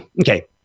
okay